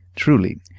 truly,